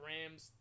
Rams